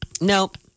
Nope